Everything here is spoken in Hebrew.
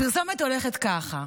הפרסומת הולכת ככה: